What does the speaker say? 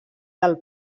del